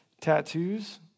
Tattoos